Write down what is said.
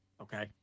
Okay